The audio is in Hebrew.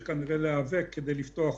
לעבודה.